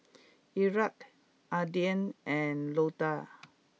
Erik Adin and Loda